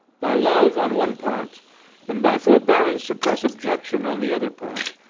by love on one part and by forbearance to press objection on the other part,